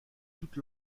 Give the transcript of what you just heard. toute